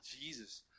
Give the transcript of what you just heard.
jesus